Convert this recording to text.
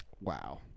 Wow